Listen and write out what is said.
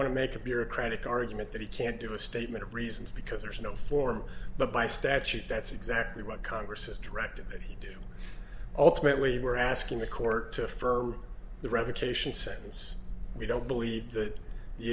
want to make a bureaucratic argument that he can't do a statement of reasons because there's no form but by statute that's exactly what congress has directed that he do ultimately we're asking the court to fur the revocation sentence we don't believe th